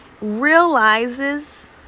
realizes